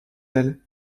elles